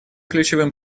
ключевым